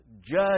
judge